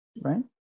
right